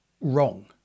wrong